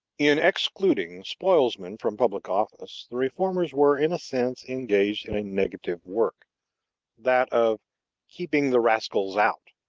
in excluding spoilsmen from public office, the reformers were, in a sense, engaged in a negative work that of keeping the rascals out.